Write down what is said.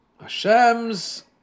Hashem's